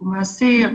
לשיקום האסיר,